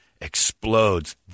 Explodes